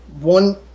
one